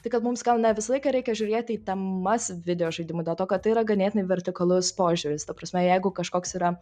tai kad mums gal ne visą laiką reikia žiūrėti į temas videožaidimų dėl to kad tai yra ganėtinai vertikalus požiūris ta prasme jeigu kažkoks yra